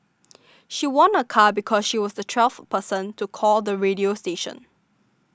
she won a car because she was the twelfth person to call the radio station